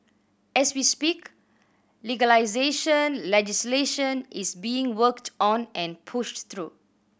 as we speak legalisation legislation is being worked on and pushed through